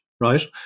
right